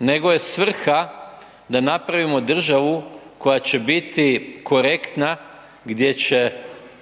nego je svrha da napravimo državu koja će biti korektna, gdje će